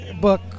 book